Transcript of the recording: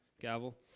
Gavel